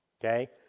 okay